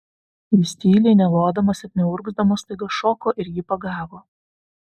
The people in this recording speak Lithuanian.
jis tyliai nelodamas ir neurgzdamas staiga šoko ir jį pagavo